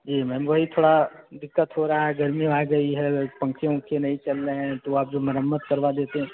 जी ma'am वही थोड़ा दिक़्क़त हो रही है गर्मी आ गई है पंखे उन्खे नहीं चल रहे हैं तो आप जो मरम्मत करवा देते